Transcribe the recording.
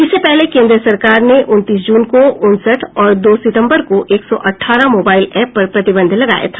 इससे पहले केन्द्र सरकार ने उनतीस जून को उनसठ और दो सितम्बर को एक सौ अट्ठारह मोबाइल ऐप पर प्रतिबंध लगाया था